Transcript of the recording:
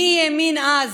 מי האמין אז